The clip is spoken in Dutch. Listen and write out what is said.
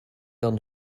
dan